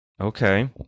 okay